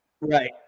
Right